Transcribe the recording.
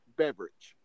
beverage